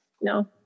No